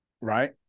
right